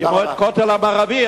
כמו שבכותל המערבי,